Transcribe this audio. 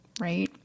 right